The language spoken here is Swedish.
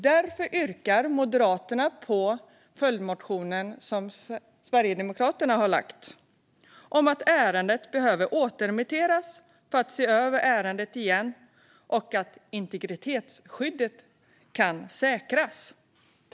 Därför yrkar Moderaterna bifall till den reservation som Sverigedemokraterna har lagt fram om att ärendet behöver återremitteras för att ses över igen och för att säkra integritetsskyddet.